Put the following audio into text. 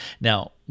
Now